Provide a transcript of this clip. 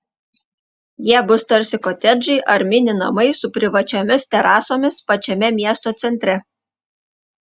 jie bus tarsi kotedžai ar mini namai su privačiomis terasomis pačiame miesto centre